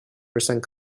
percent